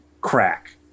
crack